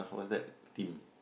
how was that theme